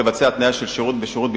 לבצע התניה של שירות בשירות,